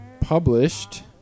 published